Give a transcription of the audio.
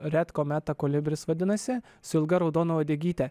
retkometa kolibris vadinasi su ilga raudona uodegyte